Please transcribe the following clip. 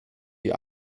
die